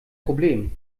problem